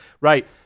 Right